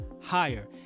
higher